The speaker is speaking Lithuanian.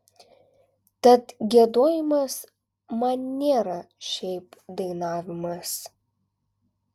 tad giedojimas man nėra šiaip dainavimas